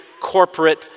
corporate